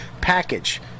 package